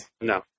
No